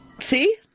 See